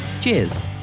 cheers